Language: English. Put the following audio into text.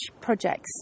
projects